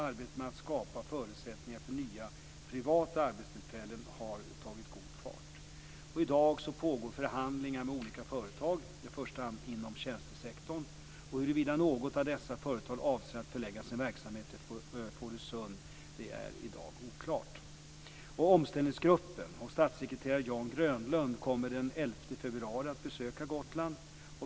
Arbetet med att skapa förutsättningar för nya privata arbetstillfällen har tagit god fart. I dag pågår förhandlingar med olika företag, i första hand inom tjänstesektorn. Huruvida något av dessa företag avser att förlägga sin verksamhet till Fårösund är i dag oklart. Grönlund kommer den 11 februari att besöka Gotland.